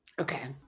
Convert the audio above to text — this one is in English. Okay